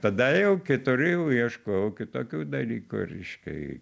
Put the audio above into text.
tada jau kitur jau ieškojau kitokių dalykų reiškia